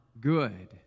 good